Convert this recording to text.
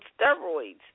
steroids